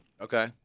Okay